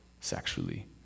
sexually